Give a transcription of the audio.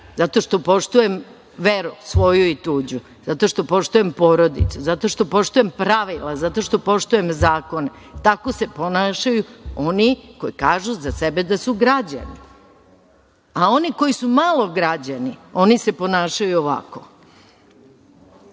Zato što poštujem veru svoju i tuđu, zato što poštujem porodicu, zato što poštujem pravila, zato što poštujem zakone. Tako se ponašaju oni koji kažu za sebe da su građani, a oni koji su malograđani oni se ponašaju ovako.